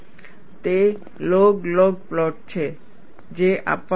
તે log log plot છે જે આપવામાં આવે છે